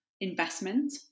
investment